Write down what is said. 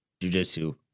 jujitsu